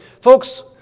folks